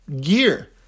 gear